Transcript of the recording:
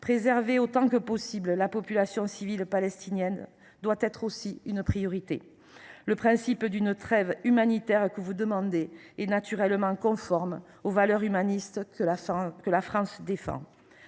préserver autant que possible la population civile palestinienne doit aussi être une priorité. Le principe de la trêve humanitaire que vous demandez est naturellement conforme aux valeurs humanistes que la France défend.